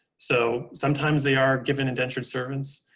so sometimes they are given indentured servants,